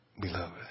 beloved